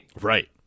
Right